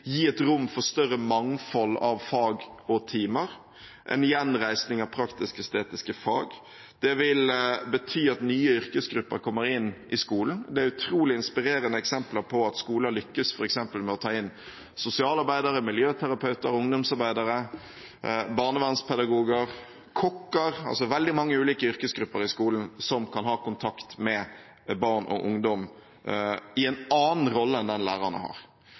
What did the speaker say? gi rom for større mangfold av fag og timer, en gjenreising av praktisk-estetiske fag. Det vil bety at nye yrkesgrupper kommer inn i skolen. Det er utrolig inspirerende eksempler på at skoler har lyktes med f.eks. å ta inn i skolen sosialarbeidere, miljøterapeuter, ungdomsarbeidere, barnevernspedagoger, kokker – altså veldig mange ulike yrkesgrupper – som kan ha kontakt med barn og ungdom i en annen rolle enn den lærerne har.